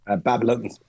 Babylon